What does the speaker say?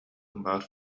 баар